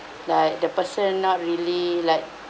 like the person not really like